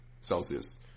Celsius